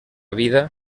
vida